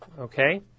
Okay